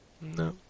No